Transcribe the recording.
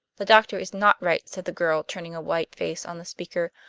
the doctor is not right, said the girl, turning a white face on the speaker,